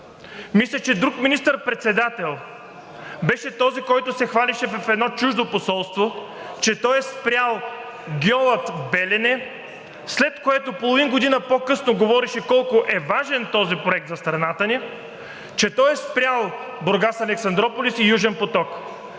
Мисля, че друг министър-председател беше този, който се хвалеше в едно чуждо посолство, че той е спрял „гьола Белене“, след което, половин година по-късно, говореше колко важен е този проект за страната ни, че той е спрял Бургас – Александруполис и Южен поток.